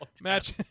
match